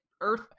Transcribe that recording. Earth